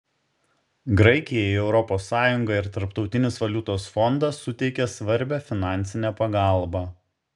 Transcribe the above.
graikijai europos sąjunga ir tarptautinis valiutos fondas suteikė svarbią finansinę pagalbą